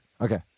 Okay